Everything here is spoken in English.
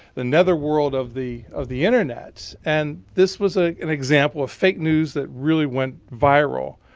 the netherworld of the of the internet. and this was ah an example of fake news that really went viral.